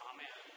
Amen